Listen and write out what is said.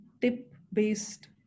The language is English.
tip-based